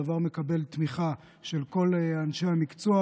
הדבר מקבל תמיכה של כל אנשי המקצוע,